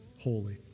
holy